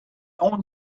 own